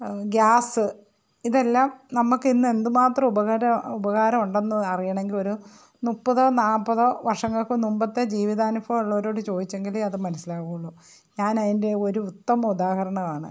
gas ഇതെല്ലാം നമുക്ക് ഇന്ന് എന്ത് മാത്രം ഉപകാരം ഉപകാരം ഉണ്ടെന്ന് അറിയണമെങ്കിൽ ഒരു മുപ്പതോ നാൽപ്പതോ വർഷങ്ങൾക്ക് മുമ്പത്തെ ജീവിതാനുഭവം ഉള്ളവരോട് ചോദിച്ചെങ്കിലേ അത് മനസ്സിലാവുള്ളൂ ഞാൻ അതിൻ്റെ ഒരു ഉത്തമ ഉദ്ദാഹരണമാണ്